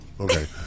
Okay